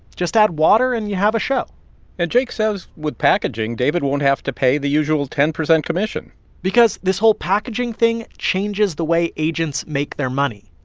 just add water, and you have a show and jake says with packaging, david won't have to pay the usual ten percent commission because this whole packaging thing changes the way agents make their money.